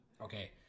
Okay